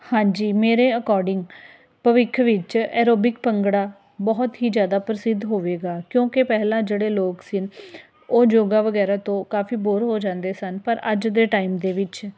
ਹਾਂਜੀ ਮੇਰੇ ਅਕੋਰਡਿੰਗ ਭਵਿੱਖ ਵਿੱਚ ਐਰੋਬੀਕ ਭੰਗੜਾ ਬਹੁਤ ਹੀ ਜ਼ਿਆਦਾ ਪ੍ਰਸਿੱਧ ਹੋਵੇਗਾ ਕਿਉਂਕਿ ਪਹਿਲਾਂ ਜਿਹੜੇ ਲੋਕ ਸੀ ਉਹ ਯੋਗਾ ਵਗੈਰਾ ਤੋਂ ਕਾਫ਼ੀ ਬੋਰ ਹੋ ਜਾਂਦੇ ਸਨ ਪਰ ਅੱਜ ਦੇ ਟਾਈਮ ਦੇ ਵਿੱਚ